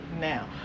Now